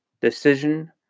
decision